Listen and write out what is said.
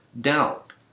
doubt